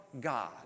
God